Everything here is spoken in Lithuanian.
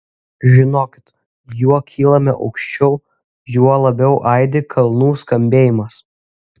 žinokit juo kylame aukščiau juo labiau aidi kalnų skambėjimas